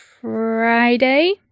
Friday